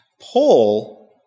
Paul